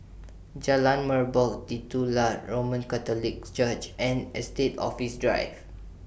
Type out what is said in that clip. Jalan Merbok Titular Roman Catholic Church and Estate Office Drive